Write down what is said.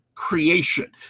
creation